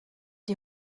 die